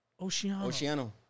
Oceano